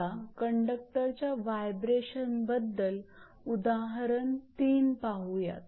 आता कंडक्टरच्या व्हायब्रेशन बद्दल उदाहरण 3 पाहुयात